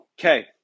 Okay